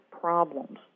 problems